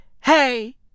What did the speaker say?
hey